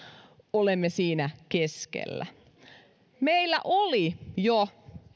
olemme siinä keskellä meillä oli jo